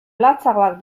latzagoak